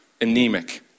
anemic